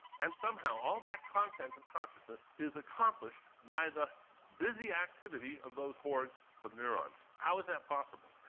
and somehow all that content of consciousness is accomplished by the busy activity of those hoards of neurons. how is that possible?